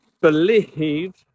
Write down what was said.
believe